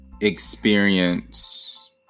experience